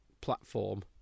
platform